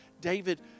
David